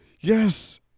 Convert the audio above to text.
Yes